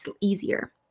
easier